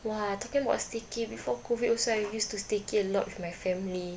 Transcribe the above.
!wah! talking about staycay before COVID also I used to staycay a lot with my family